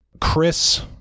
Chris